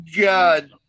God